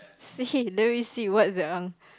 see the receipt what's the uh